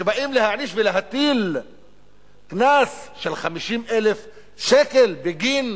כשבאים להעניש ולהטיל קנס של 50,000 שקל בגין